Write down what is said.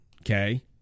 Okay